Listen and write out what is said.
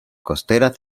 costeras